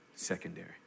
Secondary